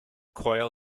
coil